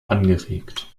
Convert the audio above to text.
angeregt